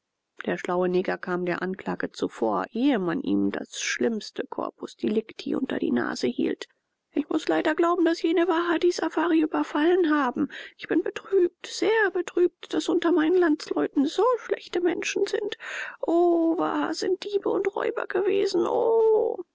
der schlaue neger kam der anklage zuvor ehe man ihm das schlimmste corpus delicti unter die nase hielt ich muß leider glauben daß jene waha die safari überfallen haben ich bin betrübt sehr betrübt daß unter meinen landsleuten so schlechte menschen sind o waha sind diebe und räuber gewesen o